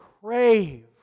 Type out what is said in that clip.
crave